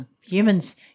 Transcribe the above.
Humans